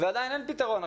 ועדיין אין פתרון.